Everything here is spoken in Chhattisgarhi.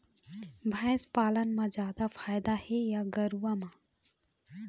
भैंस पालन म जादा फायदा हे या गरवा म?